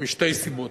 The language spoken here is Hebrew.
משתי סיבות: